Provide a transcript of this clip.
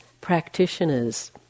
practitioners